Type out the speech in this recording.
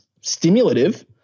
stimulative